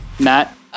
Matt